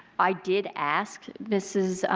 i did ask mrs.